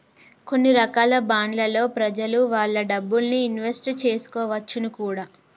కొన్ని రకాల బాండ్లలో ప్రెజలు వాళ్ళ డబ్బుల్ని ఇన్వెస్ట్ చేసుకోవచ్చును కూడా